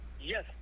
yes